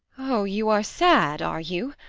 oh, you are sad, are you?